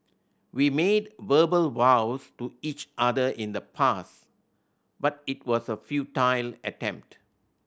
we made verbal vows to each other in the past but it was a futile attempt